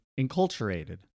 enculturated